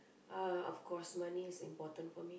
uh of course money is important for me